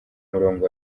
murongo